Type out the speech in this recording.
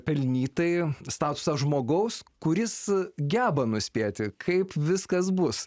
pelnytai statusą žmogaus kuris geba nuspėti kaip viskas bus